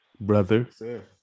Brother